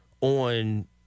on